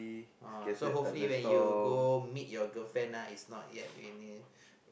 uh oh so hopefully when you go meet your girlfriend it's not yet raining